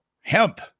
Hemp